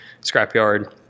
scrapyard